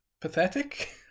pathetic